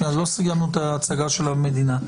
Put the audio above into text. שלא סיימנו את ההצגה של המדינה,